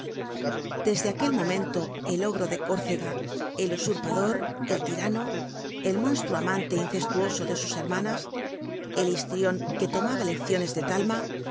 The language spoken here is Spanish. desde aquel momento el ogro de córcega el usurpador el tirano el monstruo amante incestuoso de sus hermanas el histrion que tomaba lecciones de talma